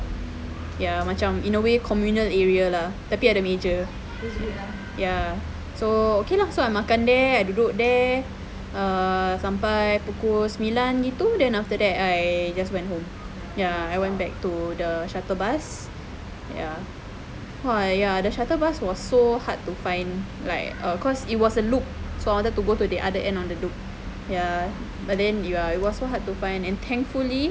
ya macam in a way communal area lah tapi ada meja so okay lah so I makan there I duduk there sampai pukul sembilan gitu then after that I just went home ya I went back to the shuttle bus ya !wah! ya the shuttle bus was so hard to find like err cause it was a loop so I wanted to go to the other end of the loop ya but then ya it was so hard to find and thankfully